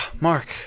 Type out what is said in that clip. Mark